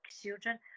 children